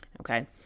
Okay